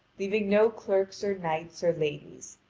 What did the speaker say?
leaving no clerks or knights or ladies,